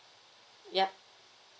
yup